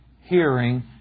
hearing